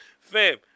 Fam